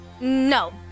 No